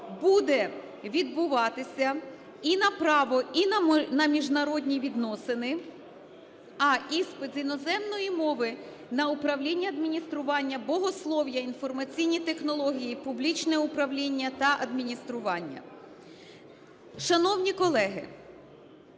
буде відбуватися і на право, і на міжнародні відносини, а іспит з іноземної мови - на управління адміністрування, богослов'я, інформаційні технології, публічне управління та адміністрування. Шановні колеги,